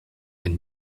and